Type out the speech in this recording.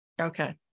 Okay